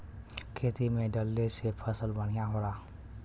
खेती में डलले से फसल बढ़िया होला